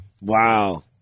wow